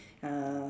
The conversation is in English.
uh